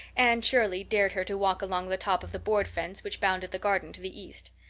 anne shirley dared her to walk along the top of the board fence which bounded the garden to the east.